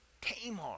Tamar